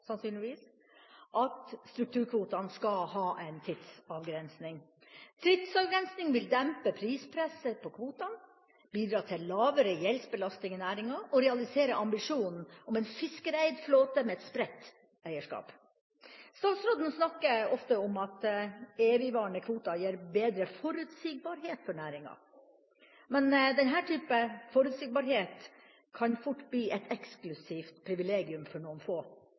sannsynligvis – at strukturkvotene skal ha en tidsavgrensning. Tidsavgrensning vil dempe prispresset på kvotene, bidra til lavere gjeldsbelastning i næringa og realisere ambisjonen om en fiskereid flåte med et spredt eierskap. Statsråden snakker ofte om at evigvarende kvoter gir bedre forutsigbarhet for næringa. Men denne typen forutsigbarhet kan fort bli et eksklusivt privilegium for noen få.